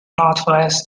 northwest